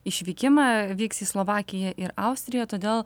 išvykimą vyks į slovakiją ir austriją todėl